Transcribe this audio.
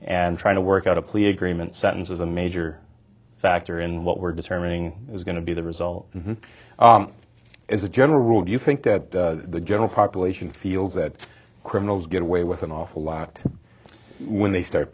and trying to work out a plea agreement sentence as a major factor in what we're determining is going to be the result as a general rule do you think that the general population feels that criminals get away with an awful lot when they start